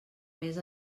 més